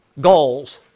goals